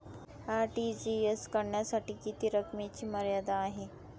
RTGS करण्यासाठी किती रकमेची मर्यादा आहे?